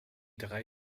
drei